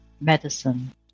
medicine